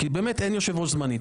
כי באמת אין יושב-ראש זמני.